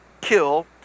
kill